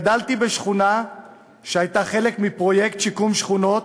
גדלתי בשכונה שהייתה חלק מפרויקט שיקום השכונות